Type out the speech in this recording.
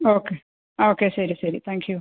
okay okay ശരി ശരി thank U